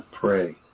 pray